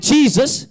Jesus